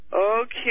Okay